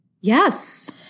Yes